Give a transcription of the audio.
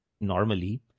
normally